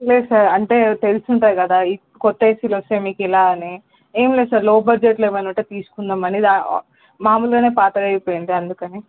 లేదు సార్ అంటే తెలుసి ఉంటాయి కదా కొత్త ఏసీలు వస్తే మీకు ఇలా అని ఏమి లేదు సార్ లో బడ్జెట్లో ఏమైన ఉంటే తీసుకుందామని మాములుగా పాతగా అయిపోయింది అందుకని